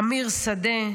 אמיר שדה,